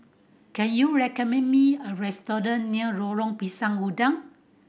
can you recommend me a restaurant near Lorong Pisang Udang